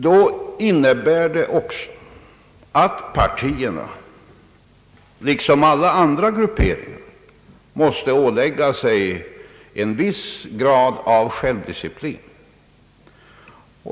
Det innebär också att partierna liksom alla andra grupperingar måste ålägga sig en viss grad av självdisciplin.